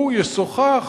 הוא ישוחח